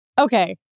okay